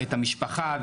ואת המשפחה,